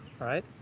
right